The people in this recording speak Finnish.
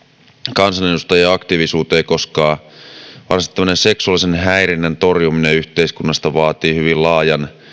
kansanedustajia aktiivisuuteen koska varsinaisesti tämmöinen seksuaalisen häirinnän torjuminen yhteiskunnasta vaatii hyvin laajan